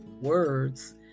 words